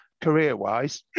career-wise